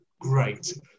great